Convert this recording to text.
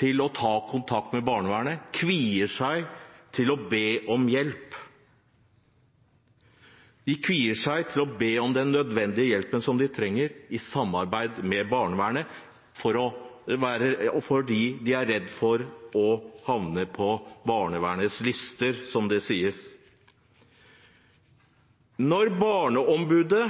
for å ta kontakt med barnevernet og kvier seg for å be om hjelp. De kvier seg for å be om den hjelpen de trenger i samarbeid med barnevernet, fordi de er redd for å havne på barnevernets lister, som det sies. Når Barneombudet